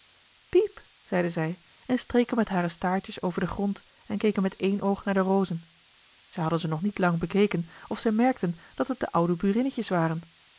piep zeiden zij en streken met hare staartjes over den grond en keken met één oog naar de rozen zij hadden ze nog niet lang bekeken of zij merkten dat het de oude burinnetjes waren